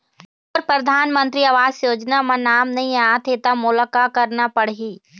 मोर परधानमंतरी आवास योजना म नाम नई आत हे त मोला का करना पड़ही?